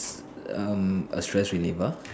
um a stress reliever